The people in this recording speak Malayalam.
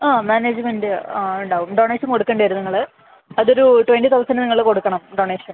ആ മാനേജ്മെൻറ്റ് ആ ഉണ്ടാകും ഡോണേഷൻ കൊടുക്കേണ്ടി വരും നിങ്ങള് അത് ഒരു ട്വൻറ്റി തൗസൻഡ് നിങ്ങള് കൊടുക്കണം ഡോണേഷൻ